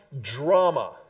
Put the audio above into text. drama